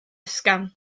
ysgafn